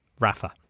Rafa